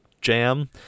jam